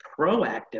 proactive